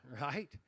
right